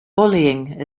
bullying